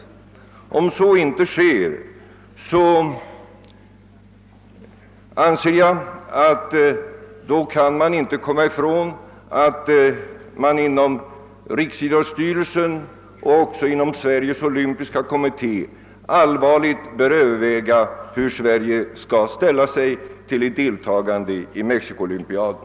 Om så inte sker anser jag det ofrånkomligt, att man inom riksidrottsstyrelsen och även inom Sveriges olympiska kommitté har att allvarligt överväga hur Sverige skall ställa sig till ett deltagande i Mexikoolympiaden.